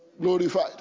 Glorified